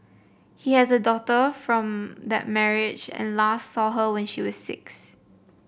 he has a daughter from that marriage and last saw her when she was six